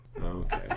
okay